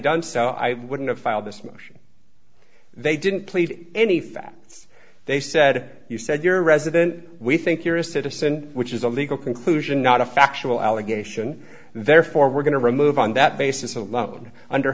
done so i wouldn't have filed this motion they didn't plead any facts they said you said you're a resident we think you're a citizen which is a legal conclusion not a factual allegation therefore we're going to remove on that basis alone under